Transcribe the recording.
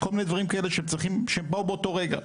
כל מיני דברים כאלה שבאו באותו רגע,